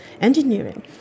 engineering